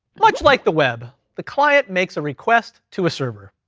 much like the web, the client makes a request to a server.